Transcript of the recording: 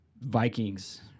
Vikings